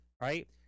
right